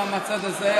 פעם מהצד הזה,